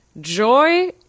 joy